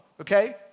okay